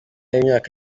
w’imyaka